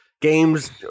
Games